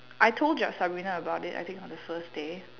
I told your submit my about it I think on the first day